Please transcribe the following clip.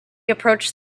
approached